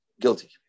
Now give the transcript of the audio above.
guilty